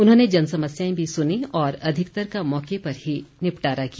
उन्होंने जन समस्याएं भी सुनीं और अधिकतर का मौके पर ही निपटारा किया